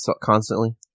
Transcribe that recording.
constantly